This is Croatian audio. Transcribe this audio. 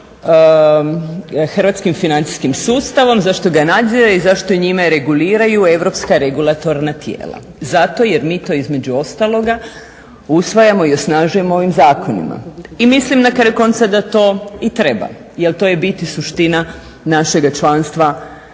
hrvatskim financijskim sustavom zašto ga nadzire i zašto njime reguliraju europska regulatorna tijela. Zato jer mi to između ostaloga usvajamo i osnažujemo ovim zakonima. I mislim na kraju konca da to i treba, jer to je bit i suština našega članstva